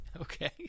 okay